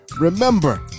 Remember